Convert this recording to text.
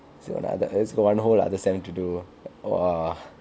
so ah then still got one whole other sem to do